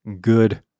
good